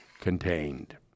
contained